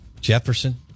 Jefferson